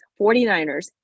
49ers